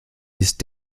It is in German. ist